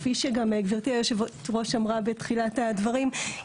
כפי שגם גברתי היושבת-ראש אמרה בתחילת הדברים,